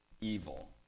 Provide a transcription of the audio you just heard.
Evil